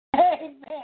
Amen